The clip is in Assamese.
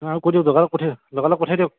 অঁ আৰু কৈ দিয়ক লগালগ পঠিয়াই লগালগ পঠাই দিয়ক